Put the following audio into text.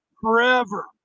forever